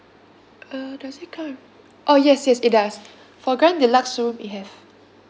uh does it come with oh yes yes it does for grand deluxe room it have